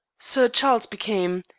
sir charles became,